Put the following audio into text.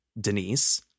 Denise